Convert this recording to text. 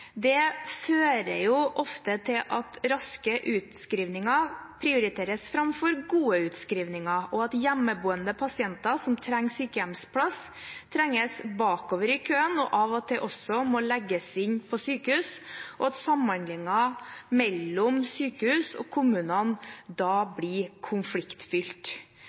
Det fører ofte til at raske utskrivninger prioriteres framfor gode utskrivninger, og at hjemmeboende pasienter som trenger sykehjemsplass, trenges bakover i køen og av og til også må legges inn på sykehus, og at samhandlingen mellom sykehuset og kommunene da blir konfliktfylt.